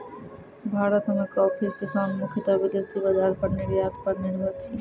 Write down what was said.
भारत मॅ कॉफी किसान मुख्यतः विदेशी बाजार पर निर्यात पर निर्भर छै